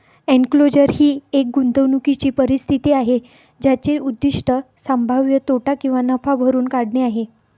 enclosure ही एक गुंतवणूकीची परिस्थिती आहे ज्याचे उद्दीष्ट संभाव्य तोटा किंवा नफा भरून काढणे आहे